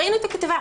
ראינו את הכתבה.